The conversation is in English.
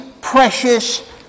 precious